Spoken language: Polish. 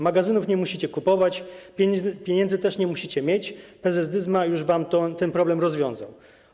Magazynów nie musicie kupować, pieniędzy też nie musicie mieć, prezes Dyzma już wam ten problem rozwiązał.